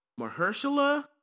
Mahershala